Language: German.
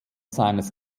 seines